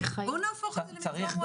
אז בואו נהפוך את זה למקצוע מועדף.